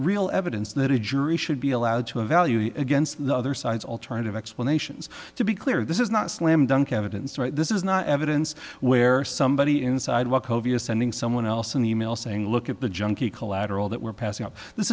real evidence that a jury should be allowed to evaluate against the other side's alternative explanations to be clear this is not a slam dunk evidence right this is not evidence where somebody inside was sending someone else an e mail saying look at the junky collateral that we're passing out this